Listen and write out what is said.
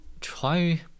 try